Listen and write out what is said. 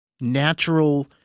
natural